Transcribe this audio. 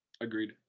Agreed